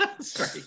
sorry